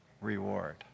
reward